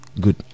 Good